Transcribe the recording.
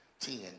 ten